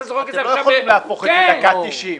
אתה זורק את זה עכשיו -- אתם לא יכולים להפוך את זה בדקה ה-90.